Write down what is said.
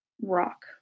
rock